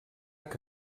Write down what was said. que